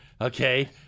okay